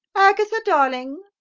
agatha, darling!